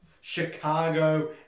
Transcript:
Chicago